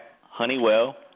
Honeywell